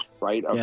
Right